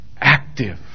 active